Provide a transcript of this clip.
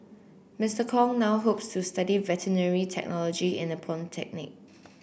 Mister Kong now hopes to study veterinary technology in a polytechnic